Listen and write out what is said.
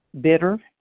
bitter